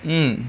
mm